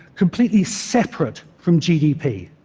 completely separate from gdp.